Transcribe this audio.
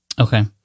Okay